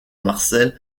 marcel